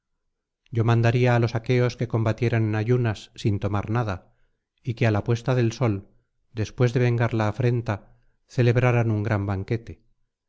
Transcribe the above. yo mandaría á los aqueos que combatieran en ayunas sin tomar nada y que á la puesta del sol después de vengar la afrenta celebraran un gran banquete